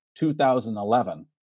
2011